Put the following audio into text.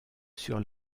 sur